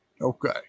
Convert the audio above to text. Okay